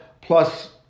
plus